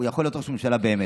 הוא יכול להיות ראש ממשלה באמת.